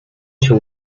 się